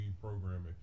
programming